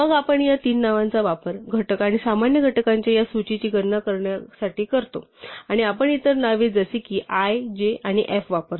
मग आपण या तीन नावांचा वापर घटक आणि सामान्य घटकांच्या या सूचीची गणना करण्यासाठी करतो आणि आपण इतर नावे जसे की i j आणि f वापरतो